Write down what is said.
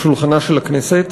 לשולחנה של הכנסת.